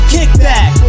Kickback